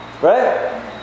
Right